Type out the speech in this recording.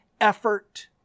effort